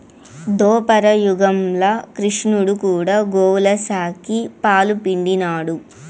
దోపర యుగంల క్రిష్ణుడు కూడా గోవుల సాకి, పాలు పిండినాడు